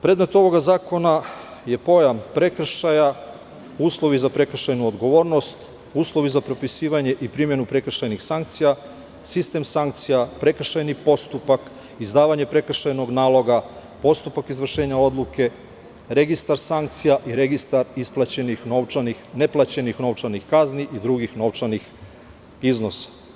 Predmete ovog zakona je pojam prekršaja, uslovi za prekršajnu odgovornost, uslovi za propisivanje i primenu prekršajnih sankcija, sistem sankcija, prekršajni postupak, izdavanje prekršajnog naloga, postupak izvršenja odluke, registar sankcija i registar isplaćenih novčanih neplaćenih novčanih kazni i drugih novčanih iznosa.